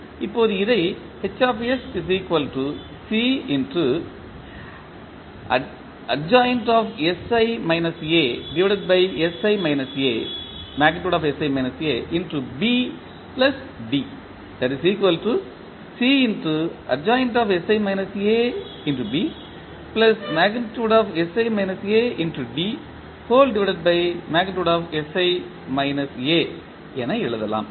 இப்போது இதை என எழுதலாம்